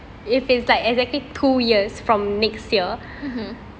mmhmm